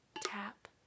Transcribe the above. tap